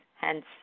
hence